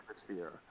atmosphere